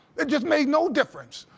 it just made no difference.